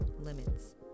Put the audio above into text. limits